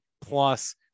plus